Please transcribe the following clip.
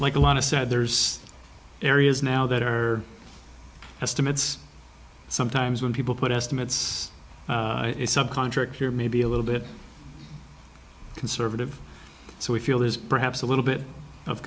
like a lot of so there's areas now that are estimates sometimes when people put estimates of contract here may be a little bit conservative so we feel is perhaps a little bit of